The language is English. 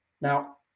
Now